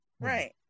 Right